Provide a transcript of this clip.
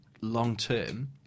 long-term